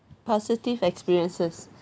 positive experiences